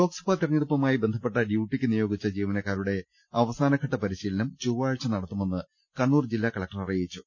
ലോക്സഭാ തെരഞ്ഞെടുപ്പുമായി ബന്ധപ്പെട്ട ഡ്യൂട്ടിയ്ക്ക് നിയോഗിച്ച ജീവനക്കാരുടെ അവസാനഘട്ട പരിശീലനം ചൊവ്വാഴ്ച നടത്തുമെന്ന് കണ്ണൂർ ജില്ലാ കലക്ടർ അറിയിച്ചു